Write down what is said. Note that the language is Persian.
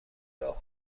راهو